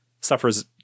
suffers